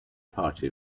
party